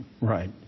right